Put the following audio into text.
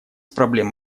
проблем